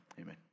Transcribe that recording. Amen